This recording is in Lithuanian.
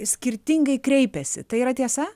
skirtingai kreipiasi tai yra tiesa